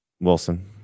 Wilson